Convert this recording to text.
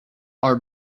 are